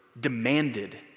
demanded